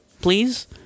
Please